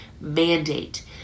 mandate